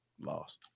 Lost